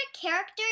character